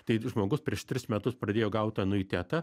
tai žmogus prieš tris metus pradėjo gaut anuitetą